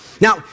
Now